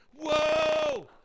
whoa